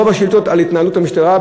רוב השאילתות על התנהלות המשטרה,